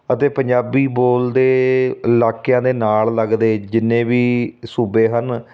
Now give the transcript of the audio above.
ਅਤੇ ਪੰਜਾਬੀ ਬੋਲਦੇ ਇਲਾਕਿਆਂ ਦੇ ਨਾਲ ਲੱਗਦੇ ਜਿੰਨੇ ਵੀ ਸੂਬੇ ਹਨ